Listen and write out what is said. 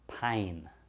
Pain